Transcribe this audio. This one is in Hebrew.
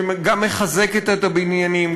שגם מחזקת את הבניינים,